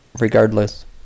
Regardless